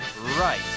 right